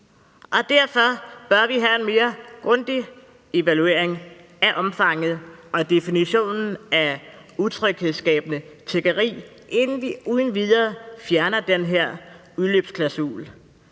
Derfor bør vi have en mere grundig evaluering af omfanget og definitionen af utryghedsskabende tiggeri, inden vi uden videre fjerner den her udløbsklausul,